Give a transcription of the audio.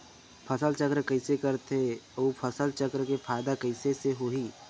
फसल चक्र कइसे करथे उ फसल चक्र के फ़ायदा कइसे से होही?